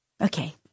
Okay